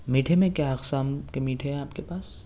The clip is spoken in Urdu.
میٹھے میں کیا اقسام کے میٹھے ہیں آپ کے پاس